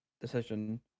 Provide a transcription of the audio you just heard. decision